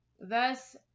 Thus